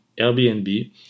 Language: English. Airbnb